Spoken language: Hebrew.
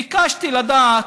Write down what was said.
ביקשתי לדעת: